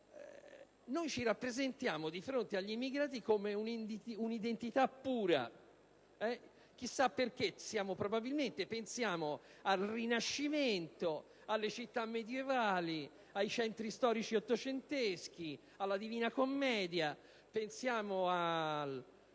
Noi ci rappresentiamo di fronte agli immigrati come un'identità pura. Chissà perché pensiamo al Rinascimento, alle città medievali, ai centri storici ottocenteschi, alla Divina Commedia, anche